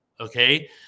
okay